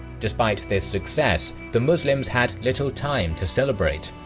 despite this success, the muslims had little time to celebrate.